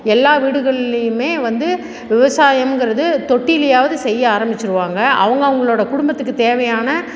எல்லா வீடுகள்லேயுமே வந்து விவசாயம்ங்குறது தொட்டிலயாவது செய்ய ஆரம்பிச்சிடுவாங்க அவங்க அவங்களோட குடும்பத்துக்கு தேவையான